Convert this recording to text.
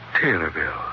Taylorville